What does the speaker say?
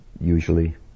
usually